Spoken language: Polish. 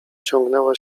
ciągnęła